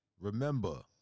Remember